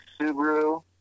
Subaru